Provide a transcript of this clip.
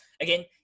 again